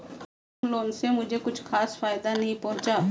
home loan से मुझे कुछ खास फायदा नहीं पहुंचा